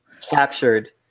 Captured